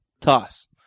toss